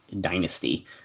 dynasty